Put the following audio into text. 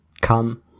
Come